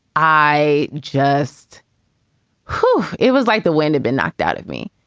i just who it was like the wind had been knocked out of me.